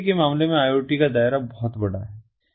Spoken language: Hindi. IoT के मामले में IoT का दायरा बहुत बड़ा है